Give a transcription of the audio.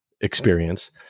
experience